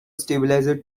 stabilizer